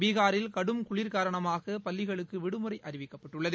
பீகாரில் கடும் குளிர் காரணமாகபள்ளிகளுக்குவிடுமுறைஅறிவிக்கப்பட்டுள்ளது